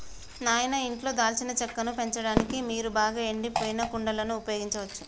నాయిన ఇంట్లో దాల్చిన చెక్కను పెంచడానికి మీరు బాగా ఎండిపోయిన కుండలను ఉపయోగించచ్చు